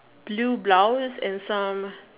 blue browns and some